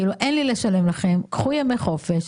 אין לי לשלם לכם, קחו ימי חופש,